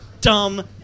dumb